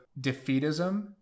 defeatism